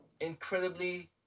incredibly